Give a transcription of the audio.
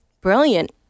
Brilliant